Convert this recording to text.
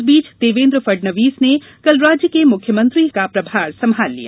इस बीच देवेन्द्र फडणवीस ने कल राज्य के मुख्यमंत्री का प्रभार संभाल लिया